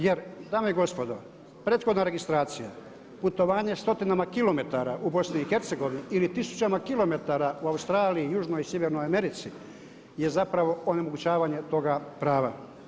Jer dame i gospodo prethodna registracija, putovanje stotinama kilometara u Bosni i Hercegovini ili tisućama kilometara u Australiji, južnoj i sjevernoj Americi je zapravo onemogućavanje toga prava.